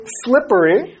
slippery